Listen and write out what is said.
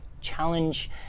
challenge